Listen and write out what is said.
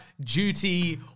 duty